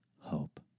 hope